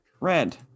Red